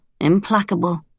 implacable